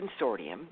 consortium